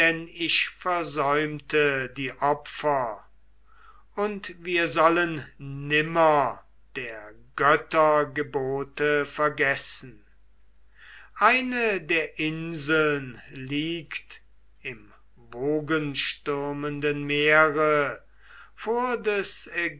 ich versäumte die opfer und wir sollen nimmer der götter gebote vergessen eine der inseln liegt im wogenstürmenden meere vor des